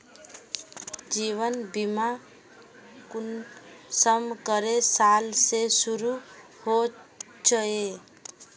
जीवन बीमा कुंसम करे साल से शुरू होचए?